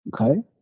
okay